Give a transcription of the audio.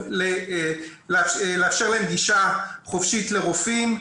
לאפשר להם גישה חופשית לרופאים.